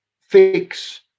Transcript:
fix